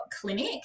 clinic